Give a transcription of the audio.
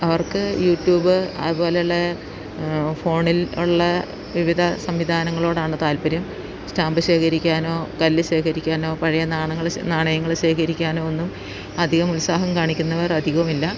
അവർക്ക് യൂട്യൂബ് അതുപോലുള്ള ഫോണിൽ ഉള്ള വിവിധ സംവിധാനങ്ങളോടാണ് താല്പര്യം സ്റ്റാമ്പ് ശേഖരിക്കാനോ കല്ല് ശേഖരിക്കാനോ പഴയ നാണയങ്ങൾ നാണയങ്ങൾ ശേഖരിക്കാനോ ഒന്നും അധികം ഉത്സാഹം കാണിക്കുന്നവർ അധികം ഇല്ല